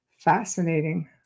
fascinating